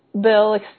bill